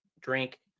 Drink